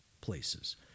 places